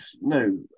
no